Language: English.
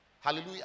hallelujah